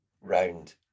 round